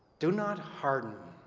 do not harden.